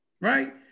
right